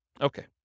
Okay